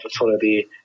opportunity